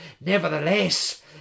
Nevertheless